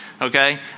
okay